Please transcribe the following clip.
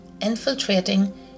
infiltrating